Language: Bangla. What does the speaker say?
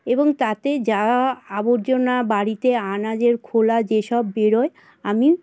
এবং তাতে যা আবর্জনা বাড়িতে আনাজের খোলা যেসব বেরোয় আমি